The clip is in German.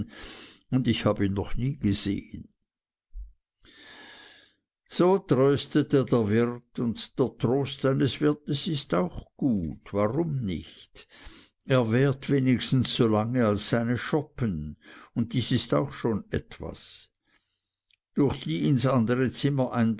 und ich habe ihn noch nie gesehen so tröstete der wirt und der trost eines wirts ist auch gut warum nicht er währt wenigstens so lange als seine schoppen und dies ist auch schon was durch die ins andere zimmer